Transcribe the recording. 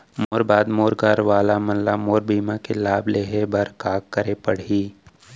मोर बाद मोर घर वाला मन ला मोर बीमा के लाभ लेहे बर का करे पड़ही?